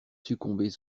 succomber